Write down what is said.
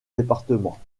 départements